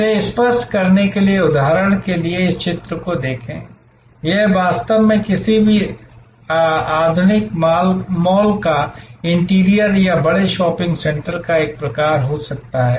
इसे स्पष्ट करने के लिए उदाहरण के लिए इस चित्र को देखें यह वास्तव में किसी भी आधुनिक मॉल का इंटीरियर या बड़े शॉपिंग सेंटर का एक प्रकार हो सकता है